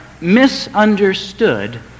misunderstood